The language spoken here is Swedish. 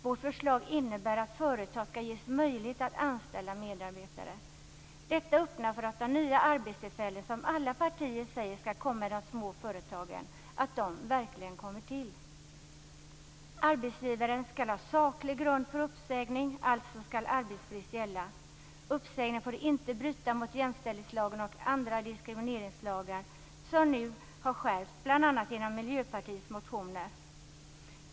Vårt förslag innebär att företag skall ges möjlighet att anställa medarbetare. Detta öppnar för att de nya arbetstillfällen som alla partier säger skall komma i de små företagen verkligen kommer till. Arbetsgivaren skall ha saklig grund för uppsägning, alltså skall arbetsbrist gälla. Uppsägning får inte bryta mot jämställdhetslagen och andra diskrimineringslagar som nu har skärpts, bl.a. genom Miljöpartiets motioner.